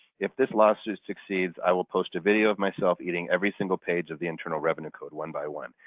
if this lawsuit succeeds, i will post a video of myself eating every single page of the internal revenue code one by one.